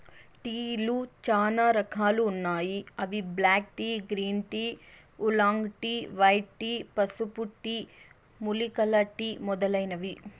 టీలు చానా రకాలు ఉన్నాయి అవి black tea, green tea, oolong tea, white tea, పసుపు టీ, మూలికల టీ మొదలైనవి